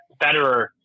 Federer